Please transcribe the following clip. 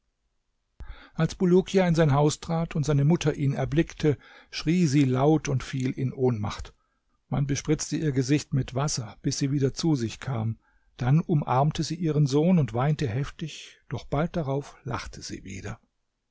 als bulukia in sein haus trat und seine mutter ihn erblickte schrie sie laut und fiel in ohnmacht man bespritzte ihr gesicht mit wasser bis sie wieder zu sich kam dann umarmte sie ihren sohn und weinte heftig doch bald darauf lachte sie wieder